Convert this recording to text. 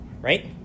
right